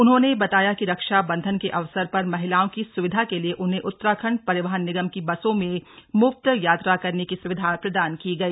उन्होंने बताया कि रक्षाबंधन के अवसर पर महिलाओं की सुविधा के लिये उन्हें उत्तराखण्ड परिवहन निगम की बसों में मुफ्त यात्रा करने की सुविधा प्रदान की गई